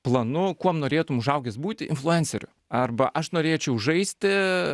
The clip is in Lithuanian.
planu kuom norėtum užaugęs būti influenceriu arba aš norėčiau žaisti